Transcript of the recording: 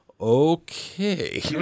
okay